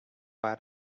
out